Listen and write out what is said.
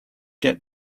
get